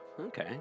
Okay